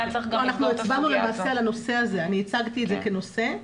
היה צריך גם לסגור את הסוגיה הזו.